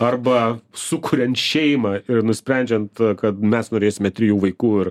arba sukuriant šeimą ir nusprendžiant kad mes norėsime trijų vaikų ir